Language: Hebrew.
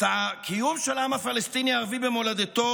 את הקיום של העם הפלסטיני הערבי במולדתו